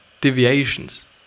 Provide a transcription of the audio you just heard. deviations